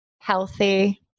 healthy